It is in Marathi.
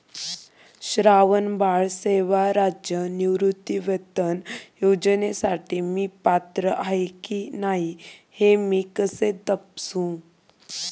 श्रावणबाळ सेवा राज्य निवृत्तीवेतन योजनेसाठी मी पात्र आहे की नाही हे मी कसे तपासू?